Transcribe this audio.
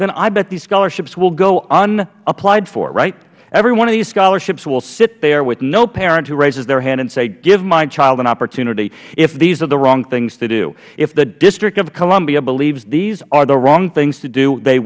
then i bet these scholarships will go unapplied for right every one of these scholarships will sit there with no parent who raises their hand and says give my child an opportunity if these are the wrong things to do if the district of columbia believes these are the wrong things to do they